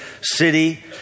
city